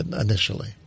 initially